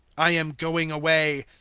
i am going away,